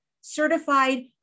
certified